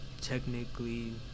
technically